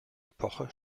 epoche